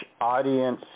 audience